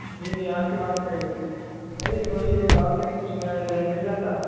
جی نہیں آپ کی بات صحیح ہے نہیں وہی میں چاہ رہا تھا کہ کچھ نیا ڈیزائن مل جاتا